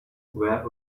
were